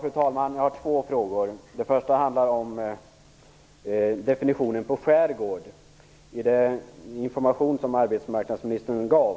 Fru talman! Jag har två frågor. Den första handlar om definitionen på ordet skärgård. I den information som arbetsmarknadsministern gav